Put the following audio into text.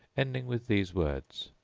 ending with these words,